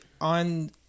on